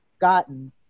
gotten